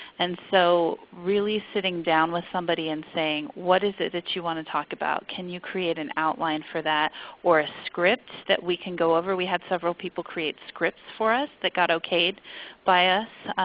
and so really sitting down with somebody and saying, what is is it you want to talk about? can you create an outline for that or a script that we can go over? we had several people create scripts for us that got okayed by us.